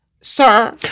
Sir